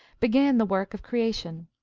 began the work of creation.